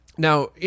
Now